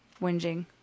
whinging